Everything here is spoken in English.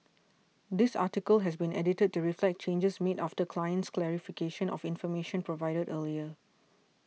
this article has been edited to reflect changes made after client's clarification of information provided earlier